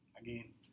Again